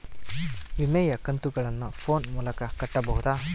ವಿಮೆಯ ಕಂತುಗಳನ್ನ ಫೋನ್ ಮೂಲಕ ಕಟ್ಟಬಹುದಾ?